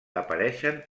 apareixen